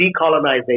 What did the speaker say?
decolonization